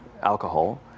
alcohol